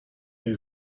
you